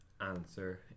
answer